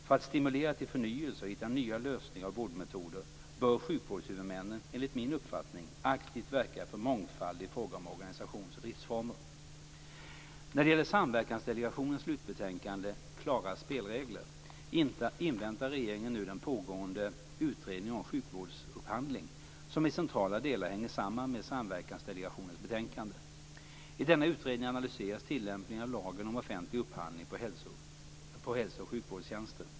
För att stimulera till förnyelse och hitta nya lösningar och vårdmetoder bör sjukvårdshuvudmännen, enligt min uppfattning, aktivt verka för mångfald i fråga om organisations och driftsformer. När det gäller Samverkansdelegationens slutbetänkande Klara spelregler inväntar regeringen nu den pågående Utredningen om sjukvårdsupphandling, som i centrala delar hänger samman med Samverkansdelegationens betänkande. I denna utredning analyseras tillämpningen av lagen om offentlig upphandling på hälso och sjukvårdstjänster.